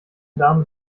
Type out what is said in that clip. dame